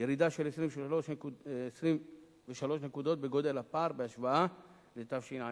ירידה של 23 נקודות בגודל הפער בהשוואה לתשע"א.